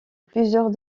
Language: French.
plusieurs